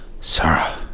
Sarah